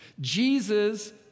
Jesus